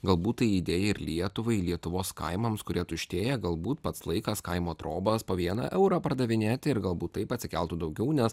galbūt tai idėja ir lietuvai lietuvos kaimams kurie tuštėja galbūt pats laikas kaimo trobas po vieną eurą pardavinėti ir galbūt taip atsikeltų daugiau nes